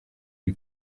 lui